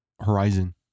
Horizon